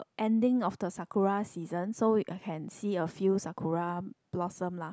ending of the sakura season so it I can see a few sakura blossom lah